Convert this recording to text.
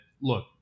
look